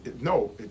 no